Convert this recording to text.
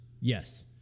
Yes